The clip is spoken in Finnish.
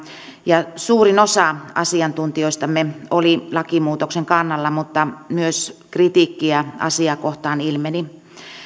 ja suurin osa asiantuntijoistamme oli lakimuutoksen kannalla mutta myös kritiikkiä asiaa kohtaan ilmeni